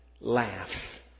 laughs